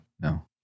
No